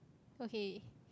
okay